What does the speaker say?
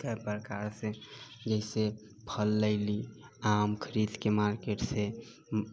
कए प्रकार से जैसे फल लैली आम खरीद के मार्केटसे